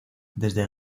desde